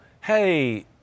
Hey